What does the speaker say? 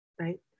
right